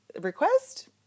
request